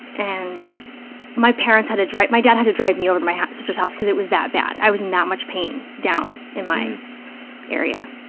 and my parents had to dr, my dad had to drive me over to my sister's house because it was that bad, i was in that much pain down in my area.